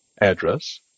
address